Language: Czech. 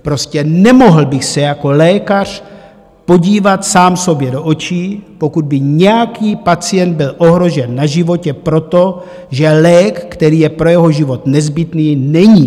Prostě nemohl bych se jako lékař podívat sám sobě do očí, pokud by nějaký pacient byl ohrožen na životě proto, že lék, který je pro jeho život nezbytný, není.